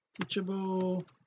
teachable